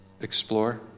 Explore